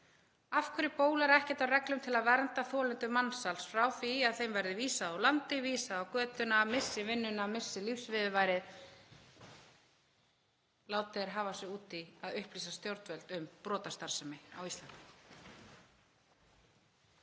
Af hverju bólar ekkert á reglum til að vernda þolendur mansals frá því að þeim verði vísað úr landi, vísað á götuna, missi vinnuna, missi lífsviðurværið, láti þeir hafa sig út í að upplýsa stjórnvöld um brotastarfsemi á Íslandi?